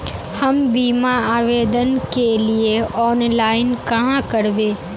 हम बीमा आवेदान के लिए ऑनलाइन कहाँ करबे?